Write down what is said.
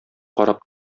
карап